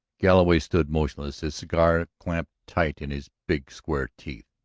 galloway stood motionless, his cigar clamped tight in his big square teeth.